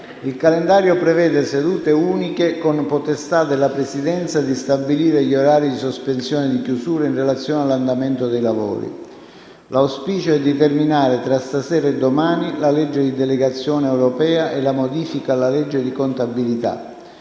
il calendario prevede sedute uniche con potestà della Presidenza di stabilire gli orari di sospensione e di chiusura in relazione all'andamento dei lavori. L'auspicio è di terminare tra stasera e domani la legge di delegazione europea e la modifica alla legge di contabilità.